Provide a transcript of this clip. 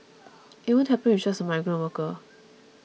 it won't happen with just a migrant worker